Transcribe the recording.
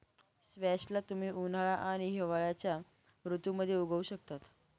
squash ला तुम्ही उन्हाळा आणि हिवाळ्याच्या ऋतूमध्ये उगवु शकता